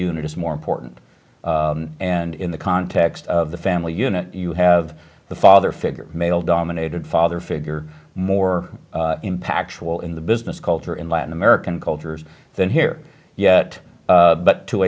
unit is more important and in the context of the family unit you have the father figure male dominated father figure more impactful in the business culture in latin american cultures than here yet but to